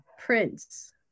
Prince